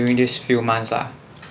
during this few months ah